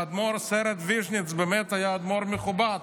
האדמו"ר סרן ויז'ניץ היה באמת אדמו"ר מכובד,